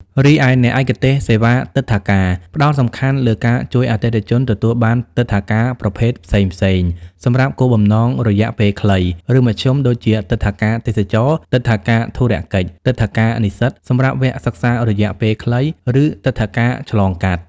រីឯ អ្នកឯកទេសសេវាទិដ្ឋាការ ផ្តោតសំខាន់លើការជួយអតិថិជនទទួលបានទិដ្ឋាការប្រភេទផ្សេងៗសម្រាប់គោលបំណងរយៈពេលខ្លី ឬមធ្យម ដូចជាទិដ្ឋាការទេសចរណ៍ ទិដ្ឋាការធុរកិច្ច ទិដ្ឋាការនិស្សិត (សម្រាប់វគ្គសិក្សារយៈពេលខ្លី) ឬទិដ្ឋាការឆ្លងកាត់។